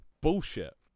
bullshit